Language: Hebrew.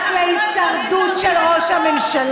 שאנחנו לא יכולים, רק להישרדות של ראש הממשלה.